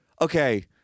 okay